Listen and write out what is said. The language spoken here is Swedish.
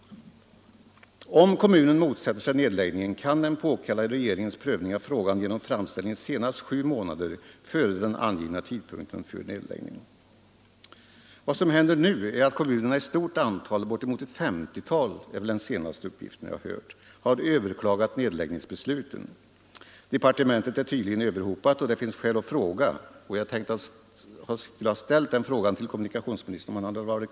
Om kommunen motsätter sig nedläggningen kan den påkalla regeringens prövning av frågan genom framställning senast sju månader före den angivna tidpunkten för nedläggningen. Vad som händer nu är att kommunerna i stort antal — bortemot ett 50-tal — har överklagat nedläggningsbesluten. Departementet är tydligen överhopat, och det finns skäl att fråga: Hinner departementet klara alla dessa ärenden före den 1 juni?